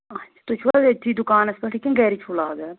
اَچھا تُہۍ چھُو حظ ییٚتھی دُکانَس پٮ۪ٹھٕے کِنہٕ گرِ چھُو لاگان